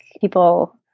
people